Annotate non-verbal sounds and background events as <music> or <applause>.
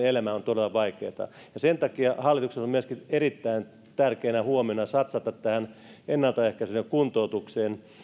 <unintelligible> elämään on todella vaikeata sen takia hallituksen on myöskin erittäin tärkeätä satsata tähän ennalta ehkäisevään kuntoutukseen